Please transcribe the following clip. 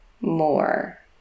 more